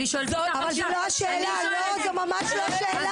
זו ממש לא השאלה.